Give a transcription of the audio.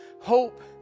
Hope